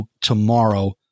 tomorrow